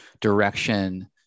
direction